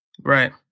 Right